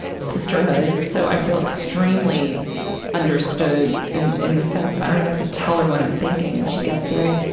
sisterhood, so i feel extremely understood in in the sense of i don't even have to tell her what i'm thinking and she gets it.